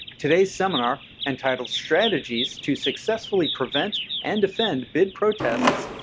today's seminar, entitled strategies to successfully prevent and defend bid protests,